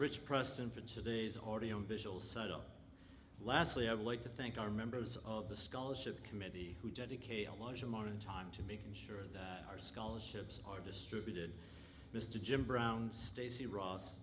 rich preston for today's already visual subtle lastly i'd like to thank our members of the scholarship committee who dedicate a large amount of time to making sure that our scholarships are distributed mr jim brown stacy ross